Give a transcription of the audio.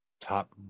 Top